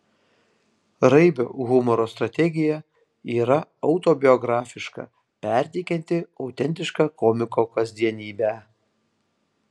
raibio humoro strategija yra autobiografiška perteikianti autentišką komiko kasdienybę